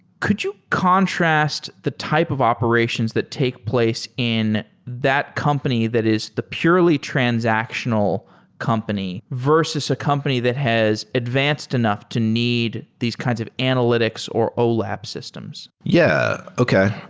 could you contrast the type of operations that take place in that company that is the purely transactional company versus a company that has advanced enough to need these kinds of analytics or olap systems? yeah. okay.